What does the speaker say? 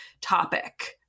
topic